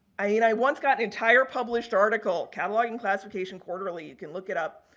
i mean i once got an entire published article, cataloging classification quarterly, you can look it up.